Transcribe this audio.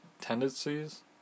tendencies